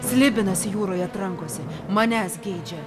slibinas jūroje trankosi manęs geidžia